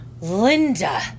Linda